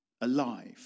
alive